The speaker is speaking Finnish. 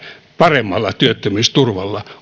paremmalla työttömyysturvalla